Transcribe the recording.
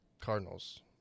Cardinals